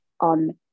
on